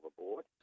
overboard